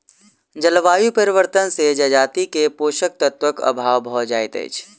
जलवायु परिवर्तन से जजाति के पोषक तत्वक अभाव भ जाइत अछि